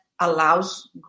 allows